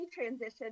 transition